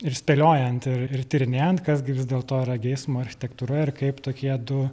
ir spėliojant ir tyrinėjant kas gi vis dėlto yra geismo architektūra ir kaip tokie du